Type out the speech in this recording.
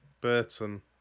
Burton